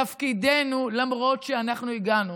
תפקידנו, למרות שאנחנו הגענו,